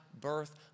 birth